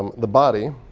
um the body,